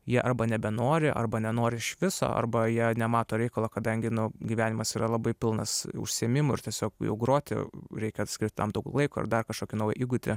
jie arba nebenori arba nenori iš viso arba jie nemato reikalo kadangi nu gyvenimas yra labai pilnas užsiėmimų ir tiesiog jau groti reikia skirt tam daug laiko ir dar kažkokių naują įgūį